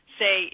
say